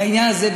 בעניין הזה,